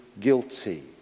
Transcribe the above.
guilty